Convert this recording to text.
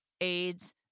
AIDS